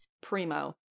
primo